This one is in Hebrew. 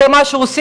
זה מה שעושים,